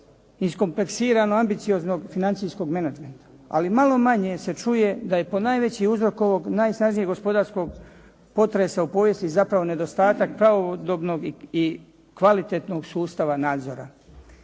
iskompleksirano ambicioznog financijskog menadžmenta. Ali malo manje se čuje da je ponajveći uzrok ovog najsnažnijeg gospodarskog potresa u povijesti zapravo nedostatak pravodobnog i kvalitetnog sustava nadzora.